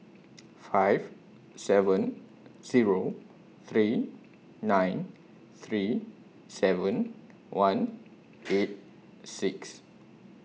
five seven Zero three nine three seven one eight six